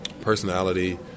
personality